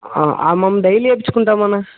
మేం డైలీ వేయించుకుంటాం అన్న